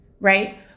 right